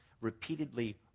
repeatedly